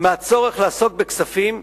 מהצורך לעסוק בכספים,